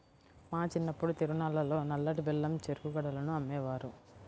మా చిన్నప్పుడు తిరునాళ్ళల్లో నల్లటి బెల్లం చెరుకు గడలను అమ్మేవారు